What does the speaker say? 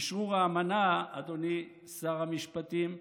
אשרור האמנה, אדוני שר המשפטים,